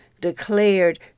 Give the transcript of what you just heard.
declared